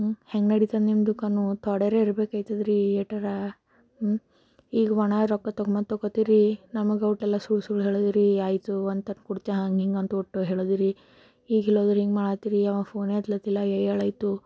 ಹೆಂಗೆ ನಡಿತದೆ ನಿಮ್ಮ ದುಕಾನು ಥೊಡೆರೆ ಇರಬೇಕಾಗ್ತದೆರಿ ಎಷ್ಟಾರು ಹ್ಞೂಂ ಈಗ ಒಣ ರೊಕ್ಕ ತೊಗೊಳ್ಳೋದು ತೊಗೊತಿರಿ ನಮಗೆ ಅಷ್ಟು ಎಲ್ಲ ಸುಳ್ಳು ಸುಳ್ಳು ಹೇಳಿದ್ರಿ ಆಯ್ತು ಅಂತ ಕೊಡ್ತೆ ಹಾಂಗೆ ಹಿಂಗೆ ಅಂತ ಅಷ್ಟು ಹೇಳಿದ್ರಿ ಈಗ ಇಲ್ಲಿಹೋದರೆ ಹಿಂಗೆ ಮಾಡುತ್ತೀರಿ ಅವ ಫೋನೇ ಎತ್ತುತ್ತಿಲ್ಲ ಹೇಳಾಯ್ತು